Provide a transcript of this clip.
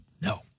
no